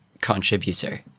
contributor